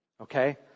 okay